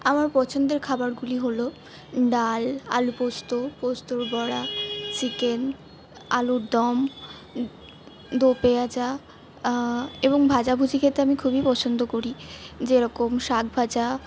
আমার পছন্দের খাবারগুলি হল ডাল আলু পোস্ত পোস্তর বড়া চিকেন আলুর দম দোপেঁয়াজা এবং ভাজা ভুজি খেতে আমি খুবই পছন্দ করি যেরকম শাক ভাজা